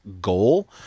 goal